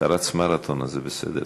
אתה רץ מרתון, אז זה בסדר.